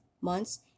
months